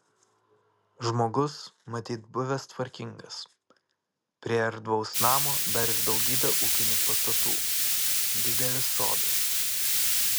žmogus matyt buvęs tvarkingas prie erdvaus namo dar ir daugybė ūkinių pastatų didelis sodas